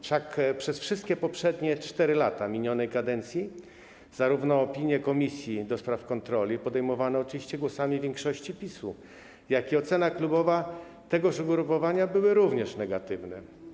Wszak przez wszystkie poprzednie 4 lata minionej kadencji zarówno opinie komisji do spraw kontroli - podejmowane oczywiście głosami większości PiS-u - jak i ocena klubowa tegoż ugrupowania były również negatywne.